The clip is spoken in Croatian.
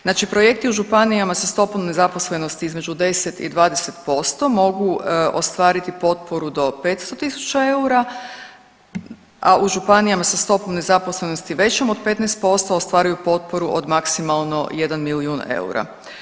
Znači projekti u županijama sa stopom nezaposlenosti između 10 i 20% mogu ostvariti potporu do 500.000 eura, a u županijama sa stopom nezaposlenosti većom od 15% ostvaruju potporu od maksimalno jedan milijun eura.